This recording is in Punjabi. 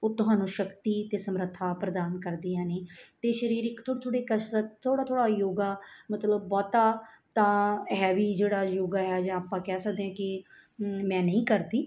ਉਹ ਤੁਹਾਨੂੰ ਸ਼ਕਤੀ ਅਤੇ ਸਮਰਥਾ ਪ੍ਰਦਾਨ ਕਰਦੀਆਂ ਨੇ ਅਤੇ ਸਰੀਰਕ ਥੋੜ੍ਹੀ ਥੋੜ੍ਹੀ ਕਸਰਤ ਥੋੜ੍ਹਾ ਥੋੜ੍ਹਾ ਯੋਗਾ ਮਤਲਬ ਬਹੁਤ ਤਾਂ ਹੈਵੀ ਜਿਹੜਾ ਯੋਗਾ ਹੈ ਜਾਂ ਆਪਾਂ ਕਹਿ ਸਕਦੇ ਹਾਂ ਕਿ ਮੈਂ ਨਹੀਂ ਕਰਦੀ